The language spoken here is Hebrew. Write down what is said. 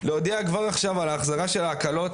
להודיע כבר עכשיו על ההחזרה של ההקלות